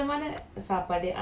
ah அது:athu normal